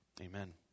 Amen